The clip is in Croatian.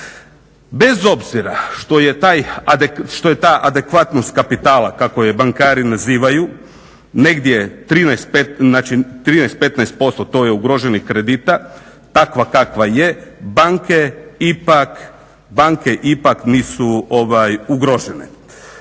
Bez obzira što je ta adekvatnost kapitala, kako je bankari nazivaju, negdje 13,15% to je ugroženih kredita, takva kakva je, banke ipak nisu ugrožene.